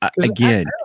Again